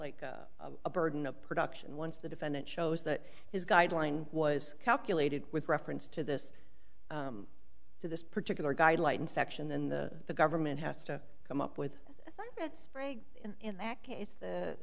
like a burden of production once the defendant shows that his guideline was calculated with reference to this to this particular guideline section then the government has to come up with that sprague in that case the